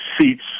seats